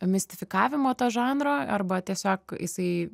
mistifikavimo to žanro arba tiesiog jisai